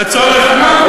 לצורך מה?